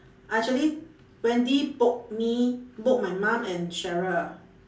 ah actually wendy book me book my mum and sheryl